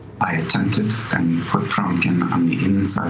i attempt it and put frumpkin on the